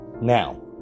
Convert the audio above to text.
Now